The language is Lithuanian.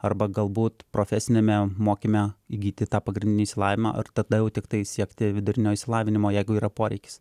arba galbūt profesiniame mokyme įgyti tą pagrindinį išsilavinimą ar tada jau tiktai siekti vidurinio išsilavinimo jeigu yra poreikis